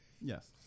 Yes